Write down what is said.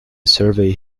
surrey